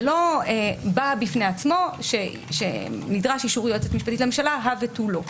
זה לא בא בפני עצמו שנדרש אישור יועצת משפטית לממשלה הא ותו לא.